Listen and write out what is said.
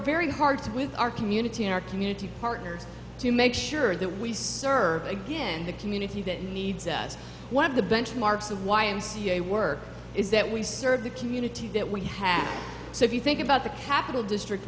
very hard with our community and our community partners to make sure that we serve again the community that needs us one of the benchmarks of y m c a work is that we serve the community that we have so if you think about the capital district